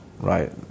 right